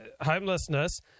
homelessness